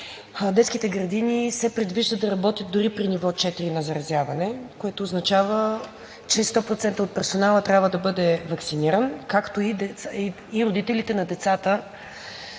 детските градини се предвижда да работят дори при ниво четири на заразяване, което означава, че 100% от персонала трябва да бъде ваксиниран, както и родителите на децата,